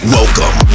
Welcome